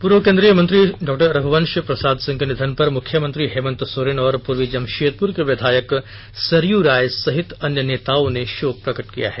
पूर्व केंद्रीय मंत्री डॉ रघुवंश प्रसाद सिंह के निधन पर मुख्यमंत्री हेमंत सोरेन और पूर्वी जमशेदपुर के विधायक सरयू राय सहित अन्य नेताओं ने शोक प्रकट किया है